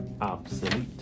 obsolete